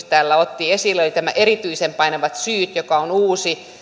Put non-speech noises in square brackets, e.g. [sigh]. [unintelligible] täällä otti esille oli tämä erityisen painavat syyt joka on uusi